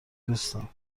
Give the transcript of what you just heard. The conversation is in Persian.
دوستم